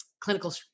clinical